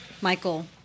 Michael